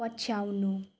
पछ्याउनु